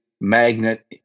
magnet